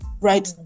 right